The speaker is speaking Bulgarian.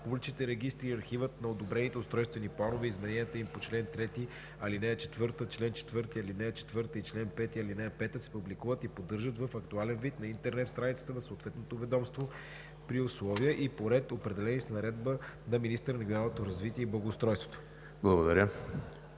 Публичните регистри и архивът на одобрените устройствени планове и измененията им по чл. 3, ал. 4, чл. 4, ал. 4 и чл. 5, ал. 5 се публикуват и поддържат в актуален вид на интернет страницата на съответното ведомство при условия и по ред определени с наредба на министъра на регионалното развитие и благоустройството.“